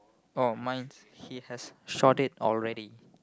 oh mine's he has shot it already